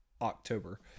October